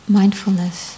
mindfulness